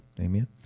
Amen